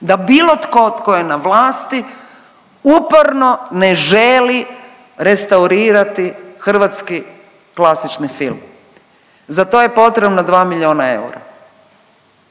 da bilo tko tko je na vlasti uporno ne želi restaurirati hrvatski klasični film. Za to je potrebno 2 milijuna eura,